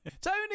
Tony